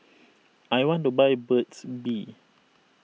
I want to buy Burt's Bee